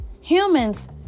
humans